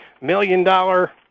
million-dollar